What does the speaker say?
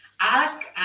Ask